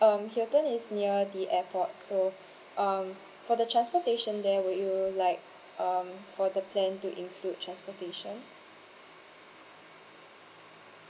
um hilton is near the airport so um for the transportation there would you like um for the plan to include transportation